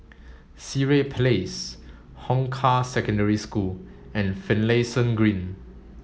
Sireh Place Hong Kah Secondary School and Finlayson Green